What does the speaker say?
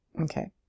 Okay